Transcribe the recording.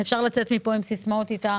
אפשר לצאת בסיסמאות איתה,